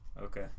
Okay